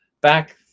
back